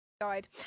died